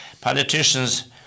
Politicians